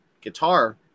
guitar